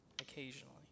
occasionally